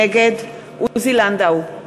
נגד עוזי לנדאו,